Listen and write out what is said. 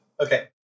Okay